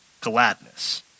gladness